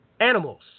Animals